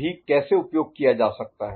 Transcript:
भी कैसे उपयोग किया जा सकता है